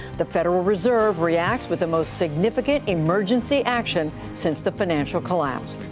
the federal reserve reacts with the most significant emergency action since the financial collapse.